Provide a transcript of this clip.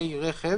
64(א)(3)